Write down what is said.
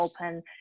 open